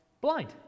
blind